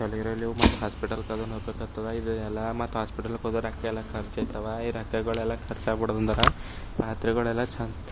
ಇರಲಿವು ಮತ್ತು ಹಾಸ್ಪಿಟಲ್ ಕದ ನೋಡ್ಬೇಕಾಗ್ತದೆ ಇದು ಎಲ್ಲ ಮತ್ತು ಹಾಸ್ಪಿಟಲಕ್ಕೆ ಹೋದ್ರೆ ರೊಕ್ಕ ಎಲ್ಲ ಖರ್ಚು ಆಯ್ತವ ಈ ರೊಕ್ಕಗಳೆಲ್ಲ ಖರ್ಚು ಆಗ್ಬಿಡೋದಂದ್ರೆ ಪಾತ್ರೆಗಳೆಲ್ಲ ಚೆಂದ